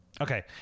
Okay